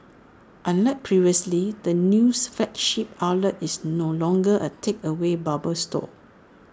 unlike previously the news flagship outlet is no longer A takeaway bubble store